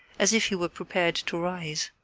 as if he were prepared to rise.